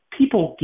people